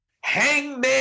Hangman